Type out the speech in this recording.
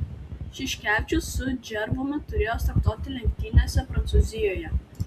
šiškevičius su džervumi turėjo startuoti lenktynėse prancūzijoje